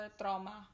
trauma